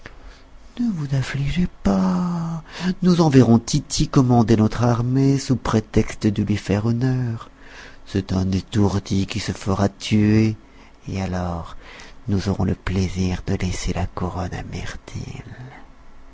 ne vous affligez point nous enverrons tity commander notre armée sous prétexte de lui faire honneur c'est un étourdi qui se fera tuer et alors nous aurons le plaisir de laisser la couronne à mirtil